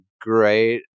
great